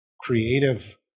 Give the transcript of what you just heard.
creative